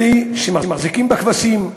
אלה שמחזיקים בכבשים,